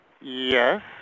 Yes